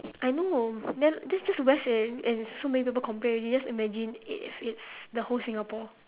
I know then just just the west eh and so many people complain already just imagine if it's the whole singapore